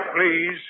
Please